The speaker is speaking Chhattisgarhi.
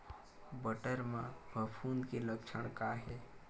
बटर म फफूंद के लक्षण का हे?